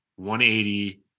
180